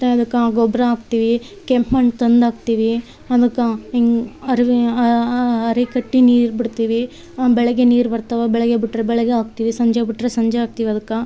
ಮತ್ತು ಅದ್ಕೆ ಗೊಬ್ಬರ ಹಾಕ್ತಿವಿ ಕೆಂಪು ಮಣ್ಣು ತಂದು ಹಾಕ್ತಿವಿ ಅದಕ್ಕೆ ಹಿಂಗ್ ಅರಿವೆಯ ಅರೆ ಕಟ್ಟಿ ನೀರು ಬಿಡ್ತೀವಿ ಬೆಳಗ್ಗೆ ನೀರು ಬರ್ತಾವೆ ಬೆಳಗ್ಗೆ ಬಿಟ್ಟರೆ ಬೆಳಗ್ಗೆ ಹಾಕ್ತಿವಿ ಸಂಜೆ ಬಿಟ್ಟರೆ ಸಂಜೆ ಹಾಕ್ತಿವಿ ಅದಕ್ಕೆ